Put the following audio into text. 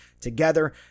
together